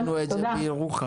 עשינו את זה בירוחם,